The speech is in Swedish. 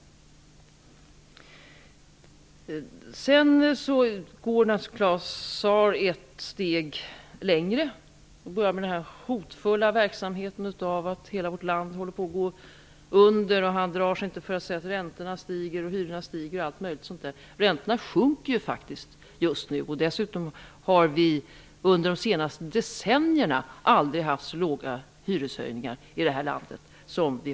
Claus Zaar går naturligtvis ett steg längre. Han börjar med att ta upp det hotfulla i att hela vårt land håller på att gå under. Han drar sig inte för att säga att räntorna och hyrorna stiger. Just nu sjunker ju räntorna, och dessutom har hyreshöjningarna i det här landet aldrig varit så låga under de senaste decennierna som nu.